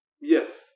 Yes